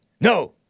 No